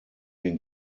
den